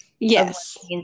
Yes